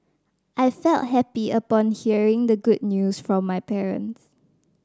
I felt happy upon hearing the good news from my parents